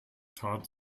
tat